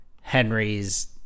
Henry's